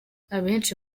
abenshi